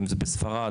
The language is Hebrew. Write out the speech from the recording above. בספרד,